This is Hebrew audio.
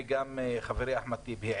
וחברי אחמד טיבי,